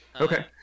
Okay